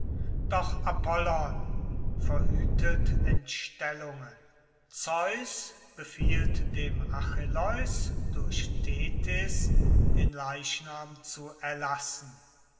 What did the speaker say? doch apollon verhütet entstellungen zeus befiehlt dem achilleus durch thetys den leichnam zu erlassen